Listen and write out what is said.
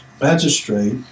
magistrate